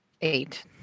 eight